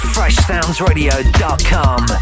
FreshSoundsRadio.com